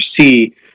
see